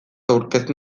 aurkeztu